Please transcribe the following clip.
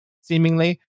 seemingly